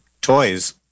toys